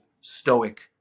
stoic